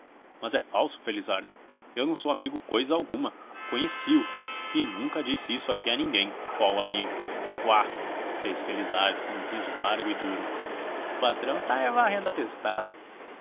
mas é falso felizardo eu não sou amigo cousa alguma conheci-o e nunca disse isso aqui a ninguém qual amigo quá fez felizardo com um riso largo e duro o patrão tá é varrendo